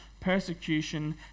persecution